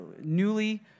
newly